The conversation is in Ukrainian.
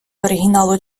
оригіналу